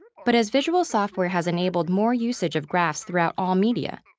but as visual software has enabled more usage of graphs throughout all media,